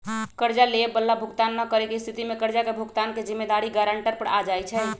कर्जा लेबए बला भुगतान न करेके स्थिति में कर्जा के भुगतान के जिम्मेदारी गरांटर पर आ जाइ छइ